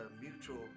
mutual